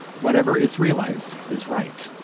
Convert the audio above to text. whatever is realised is right.